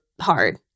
hard